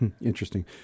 Interesting